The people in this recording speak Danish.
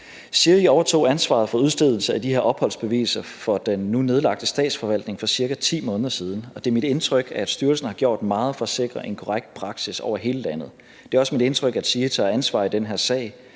SIRI overtog ansvaret for udstedelse af de her opholdsbeviser fra den nu nedlagte Statsforvaltning for ca. 10 måneder siden, og det er mit indtryk, at styrelsen har gjort meget for at sikre en korrekt praksis over hele landet. Det er også mit indtryk, at SIRI tager ansvar i den her sag,